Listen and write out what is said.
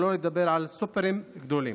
שלא לדבר על סופרים גדולים,